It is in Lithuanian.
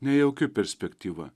nejauki perspektyva